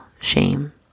shame